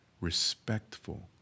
respectful